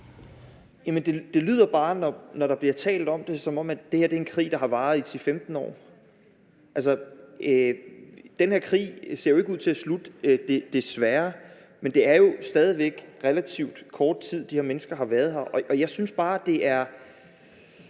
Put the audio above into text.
(S): Det lyder bare, når der bliver talt om det, som om det er en krig, der har varet i 10-15 år. Altså, den her krig ser jo ikke ud til at slutte, desværre, men det er jo relativt kort tid, de her mennesker har været her. Og jeg synes bare, det er